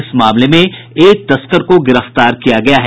इस मामले में एक तस्कर को गिरफ्तार किया गया है